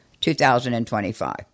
2025